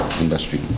industry